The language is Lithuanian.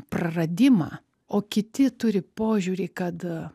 praradimą o kiti turi požiūrį kad